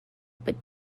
but